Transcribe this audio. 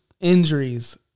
injuries